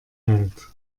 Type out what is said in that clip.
hält